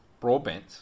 Broadbent